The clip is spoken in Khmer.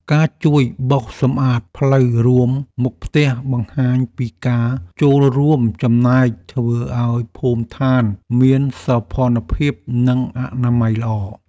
ការជួយបោសសម្អាតផ្លូវរួមមុខផ្ទះបង្ហាញពីការចូលរួមចំណែកធ្វើឱ្យភូមិឋានមានសោភ័ណភាពនិងអនាម័យល្អ។